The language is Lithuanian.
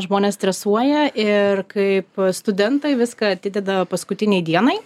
žmonės stresuoja ir kaip studentai viską atideda paskutinei dienai